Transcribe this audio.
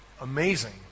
Amazing